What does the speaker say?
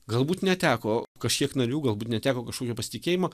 galbūt neteko kažkiek narių galbūt neteko kažkokio pasitikėjimo